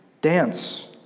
dance